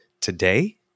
today